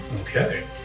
Okay